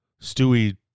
Stewie